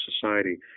Society